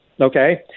okay